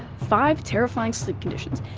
five terrifying sleep conditions,